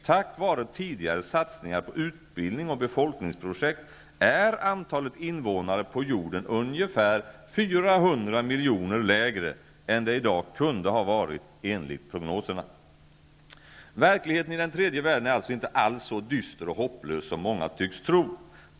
Tack vare tidigare satsningar på utbildning och befolkningsprojekt är antalet invånare på jorden ungefär 400 miljoner lägre än det i dag kunde ha varit enligt prognoserna. Verkligheten i tredje världen är alltså inte alls så dyster och hopplös som många tycks tro.